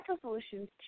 solutions